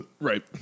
right